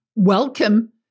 Welcome